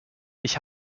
ich